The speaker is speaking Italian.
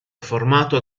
formato